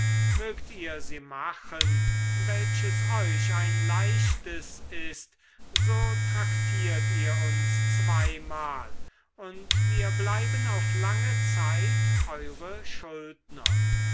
mögt ihr sie machen welches euch ein leichtes ist so traktiert ihr uns zweimal und wir bleiben auf lange zeit eure schuldner